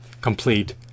complete